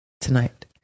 tonight